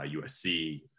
USC